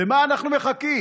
למה אנחנו מחכים?